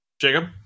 Jacob